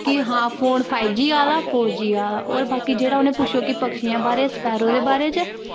कि हां phone five G आ दा फोर जी आ दा होर बाकी जेह्ड़ा उ'नें पुच्छो कि पक्षियें बारे स्पैरो दे बारे च